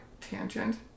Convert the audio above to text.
tangent